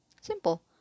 Simple